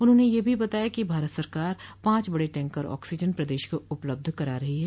उन्होंने यह भी बताया कि भारत सरकार पांच बड़े ऑक्सीजन के टैंकर प्रदेश को उपलब्ध करा रही है